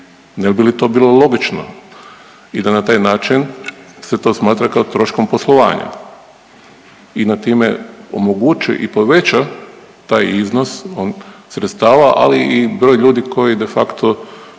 Ne bi li to bilo logično i da na taj način se to smatra kao troškom poslovanja i da time omoguće i poveća taj iznos on sredstava, ali i broj ljudi koji de facto